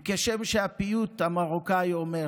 כשם שהפיוט המרוקאי אומר: